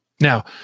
Now